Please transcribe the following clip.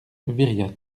viriat